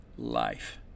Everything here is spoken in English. life